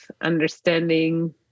understanding